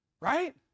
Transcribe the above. Right